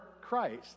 Christ